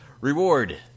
reward